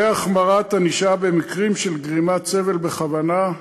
והחמרת ענישה במקרים של גרימת סבל בכוונה.